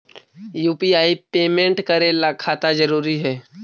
UPI payment करे ला खाता जरूरी है?